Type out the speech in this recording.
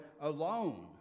alone